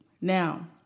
Now